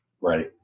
Right